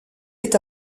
est